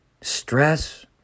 Stress